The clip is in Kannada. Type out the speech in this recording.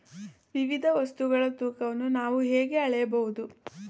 ವಿವಿಧ ವಸ್ತುಗಳ ತೂಕವನ್ನು ನಾವು ಹೇಗೆ ಅಳೆಯಬಹುದು?